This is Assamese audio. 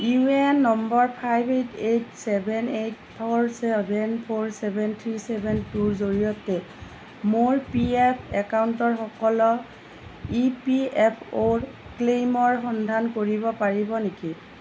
U A N number five eight eight seven eight four seven four seven three seven টুৰ জৰিয়তে মোৰ পি এফ একাউণ্টৰ সকলো ই পি এফ অ' ক্লেইমৰ সন্ধান কৰিব পাৰিব নেকি